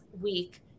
week